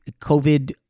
COVID